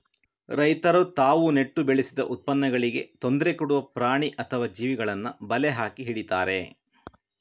ರೈತರು ತಾವು ನೆಟ್ಟು ಬೆಳೆಸಿದ ಉತ್ಪನ್ನಗಳಿಗೆ ತೊಂದ್ರೆ ಕೊಡುವ ಪ್ರಾಣಿ ಅಥವಾ ಜೀವಿಗಳನ್ನ ಬಲೆ ಹಾಕಿ ಹಿಡೀತಾರೆ